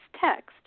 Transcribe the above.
text